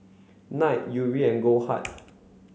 Knight Yuri and Goldheart